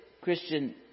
Christian